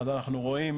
אז אנחנו רואים